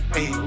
Hey